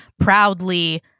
proudly